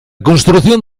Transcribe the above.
construcción